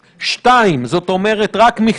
בסדר.